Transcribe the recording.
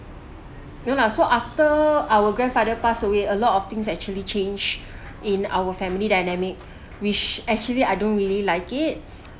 no lah so after our grandfather passed away a lot of things actually changed in our family dynamic which actually I don't really like it